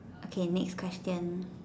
okay next question